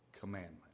commandment